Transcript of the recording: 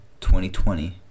2020